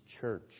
church